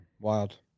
Wild